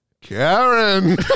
Karen